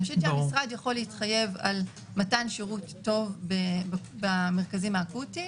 אני חושבת שהמשרד יכול להתחייב על מתן שירות טוב במרכזים האקוטיים.